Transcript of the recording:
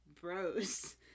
bros